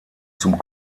zum